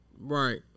Right